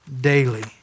daily